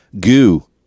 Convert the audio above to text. Goo